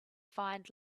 find